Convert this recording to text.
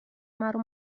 مرا